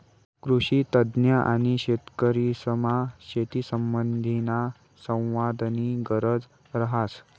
कृषीतज्ञ आणि शेतकरीसमा शेतीसंबंधीना संवादनी गरज रहास